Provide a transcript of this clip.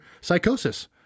psychosis